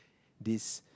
this